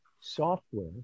software